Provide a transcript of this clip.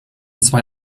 zwei